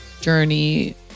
journey